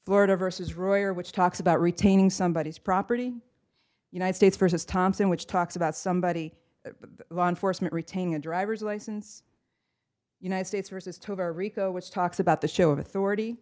florida versus royer which talks about retaining somebody as property united states versus thompson which talks about somebody law enforcement retaining a driver's license united states versus tovar rico which talks about the show of authority